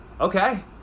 Okay